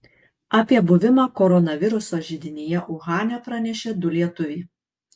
apie buvimą koronaviruso židinyje uhane pranešė du lietuviai